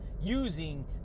using